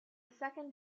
second